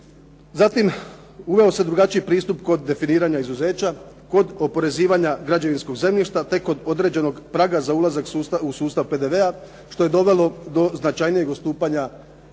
Zatim, uveo se drugačiji pristup kod definiranja izuzeća, kod oporezivanja građevinskog zemljišta te kod određenog praga za ulazak u sustav PDV-a što je dovelo do značajnijeg odstupanja hrvatske